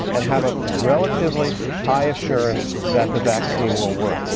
and have a relatively high assurance that the vaccine will work.